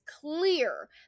clear